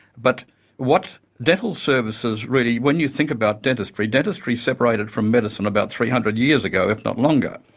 but what dental services really, when you think about dentistry, dentistry separated from medicine about three hundred years ago, if not longer,